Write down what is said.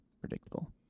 predictable